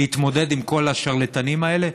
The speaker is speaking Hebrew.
להתמודד עם כל השרלטנים האלה,